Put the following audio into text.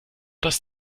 das